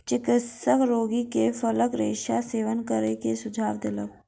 चिकित्सक रोगी के फलक रेशाक सेवन करै के सुझाव देलक